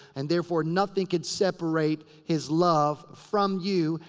and therefore, nothing can separate his love from you.